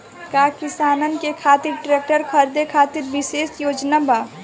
का किसानन के खातिर ट्रैक्टर खरीदे खातिर विशेष योजनाएं बा?